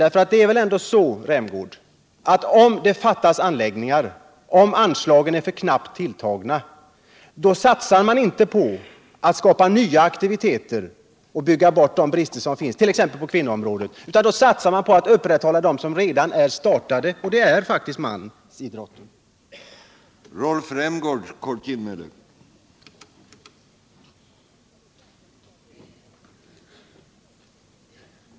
Det är väl ändå så, herr Rämgård, att om det fattas anläggningar, om anslagen är för knappt tilltagna, då satsar man inte på att skapa nya aktiviteter och bygga bort de brister som finns, t.ex. på kvinnoområdet, utan då satsar man på att upprätthålla dem som redan har startat, och det är faktiskt mestadels mansidrotter.